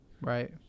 Right